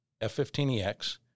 F-15EX